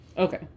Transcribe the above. okay